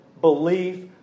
belief